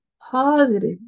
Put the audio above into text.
positive